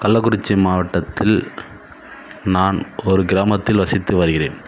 கள்ளக்குறிச்சி மாவட்டத்தில் நான் ஒரு கிராமத்தில் வசித்து வருகிறேன்